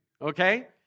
okay